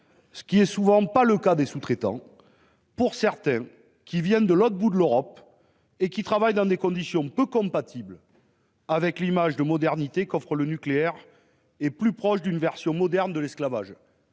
ce qui n'est souvent pas le cas des sous-traitants- pour certains, qui viennent de l'autre bout de l'Europe et qui travaillent dans des conditions peu compatibles avec l'image de modernité qu'offre le nucléaire, et plus proches d'une version moderne de l'esclavage.